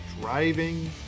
driving